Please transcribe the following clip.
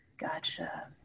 gotcha